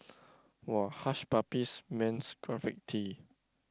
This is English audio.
!wah! Hush-Puppies men's perfect T